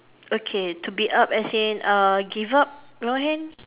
okay to be up as in uh give up your hand